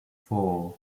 four